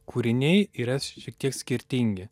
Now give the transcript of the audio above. kūriniai yra šiek tiek skirtingi